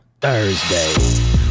Thursday